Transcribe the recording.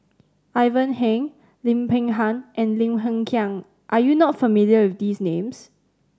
Ivan Heng Lim Peng Han and Lim Hng Kiang are you not familiar with these names